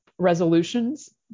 resolutions